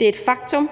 Det er et faktum,